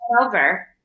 over